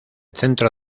centro